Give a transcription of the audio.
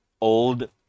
old